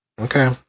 Okay